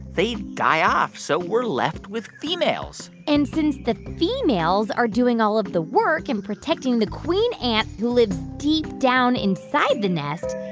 they die off. so we're left with females and since the females are doing all of the work and protecting the queen ant, who lives deep down inside the nest,